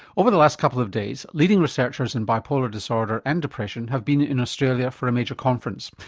over the last couple of days leading researchers in bipolar disorder and depression have been in australia for a major conference.